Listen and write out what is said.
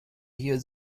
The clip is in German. hier